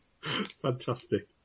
Fantastic